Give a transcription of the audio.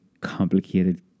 complicated